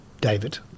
David